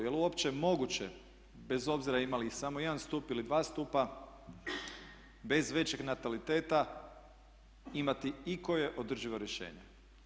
Jel' uopće moguće bez obzira imali samo jedan stup ili dva stupa bez većeg nataliteta imati ikoje održivo rješenje?